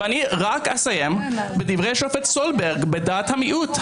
ואני רק אסיים בדברי השופט סולברג בדעת המיעוט,